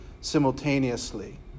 simultaneously